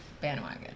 bandwagon